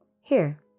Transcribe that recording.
Here